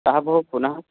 सः भोः पुनः